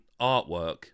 artwork